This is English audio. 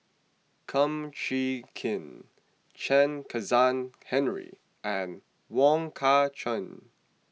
Kum Chee Kin Chen Kezhan Henri and Wong Kah Chun